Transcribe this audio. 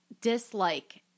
dislike